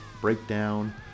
breakdown